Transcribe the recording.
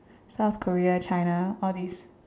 South Korea China all these